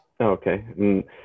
Okay